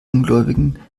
ungläubigen